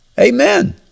Amen